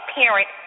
parent